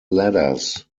ladders